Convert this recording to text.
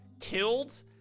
killed